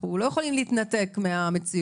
אנחנו לא יכולים להתנתק מהמציאות,